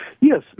Yes